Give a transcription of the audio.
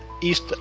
East